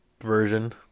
version